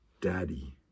Daddy